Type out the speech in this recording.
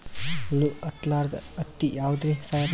ಹುಳ ಹತ್ತಲಾರ್ದ ಹತ್ತಿ ಯಾವುದ್ರಿ ಸಾಹೇಬರ?